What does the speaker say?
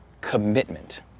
commitment